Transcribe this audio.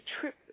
trip